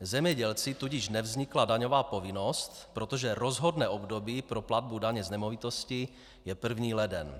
Zemědělci tudíž nevznikla daňová povinnost, protože rozhodné období pro platbu daně z nemovitosti je 1. leden.